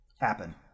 happen